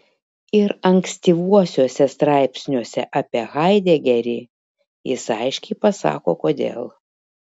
ir ankstyvuosiuose straipsniuose apie haidegerį jis aiškiai pasako kodėl